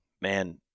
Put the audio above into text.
man